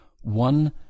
one